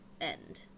end